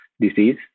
disease